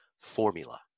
formula